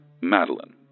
Madeline